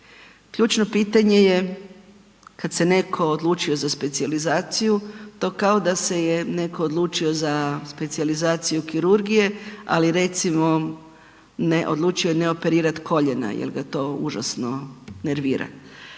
Ključno pitanje je kad se netko odlučio za specijalizaciju to kao da se je netko odlučio za specijalizaciju kirurgije, ali recimo ne, odlučio je ne operirat koljena jel ga to užasno nervira,